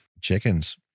Chickens